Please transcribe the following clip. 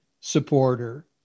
supporter